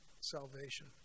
salvation